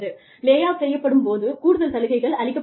லே off செய்யப்படும் போது கூடுதல் சலுகைகள் அளிக்கப்படுகின்றன